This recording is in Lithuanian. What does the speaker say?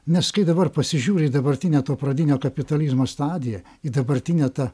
nes kai dabar pasižiūri į dabartinę to pradinio kapitalizmo stadiją į dabartinę tą